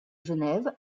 genève